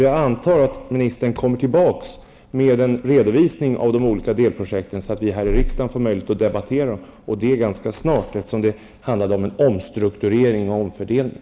Jag antar att ministern kommer tillbaka med en redovisning av de olika delprojekten, så att vi i riksdagen kan få möjlighet att debattera dem. Det måste ske snart, eftersom det handlar om en omstrukturering och omfördelning.